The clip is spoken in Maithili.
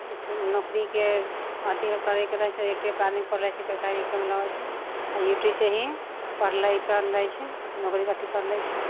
नौकरीके अथी करेके रहैत छै यूट्यूब पर आदमी पढ़ लैत छै पैसा भी कमाइ लैत छै आ यूट्यूब से ही पढ़ले करले छै नौकरीके अथी कर लै छै